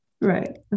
Right